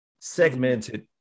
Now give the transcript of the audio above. segmented